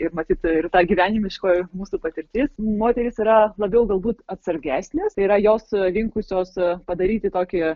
ir matyt ir ta gyvenimiškoji mūsų patirtis moterys yra labiau galbūt atsargesnės yra jos linkusios padaryti tokį